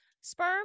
sperm